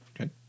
Okay